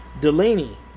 delaney